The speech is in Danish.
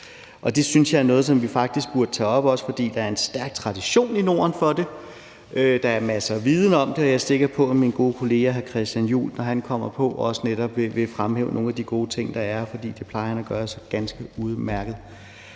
det synes jeg er noget, som vi faktisk burde tage op, også fordi der er en stærk tradition i Norden for det, der er masser af viden om det, og jeg er sikker på, at min gode kollega hr. Christian Juhl, når han kommer på, også vil fremhæve nogle af de gode ting, der er, for det plejer han at gøre så ganske udmærket.